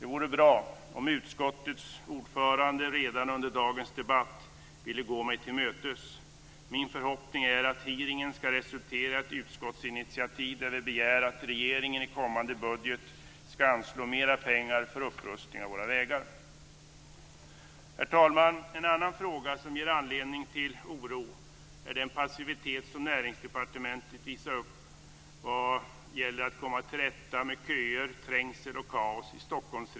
Det vore bra om utskottets ordförande redan under dagens debatt ville gå mig till mötes. Min förhoppning är att hearingen ska resultera i ett utskottsinitiativ, där vi begär att regeringen i kommande budget ska anslå mera pengar för upprustning av våra vägar. Herr talman!